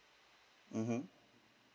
mmhmm